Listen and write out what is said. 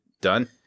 done